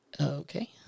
okay